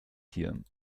tieren